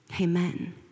amen